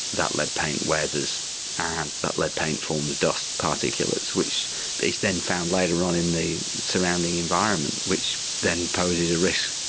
that lead paint weathers and that lead paint forms dust particulates, which is then found later on in the surrounding environment, which then poses a risk.